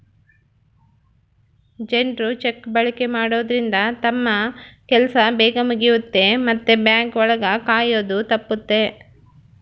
ಜನ್ರು ಚೆಕ್ ಬಳಕೆ ಮಾಡೋದ್ರಿಂದ ತಮ್ ಕೆಲ್ಸ ಬೇಗ್ ಮುಗಿಯುತ್ತೆ ಮತ್ತೆ ಬ್ಯಾಂಕ್ ಒಳಗ ಕಾಯೋದು ತಪ್ಪುತ್ತೆ